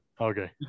Okay